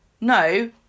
no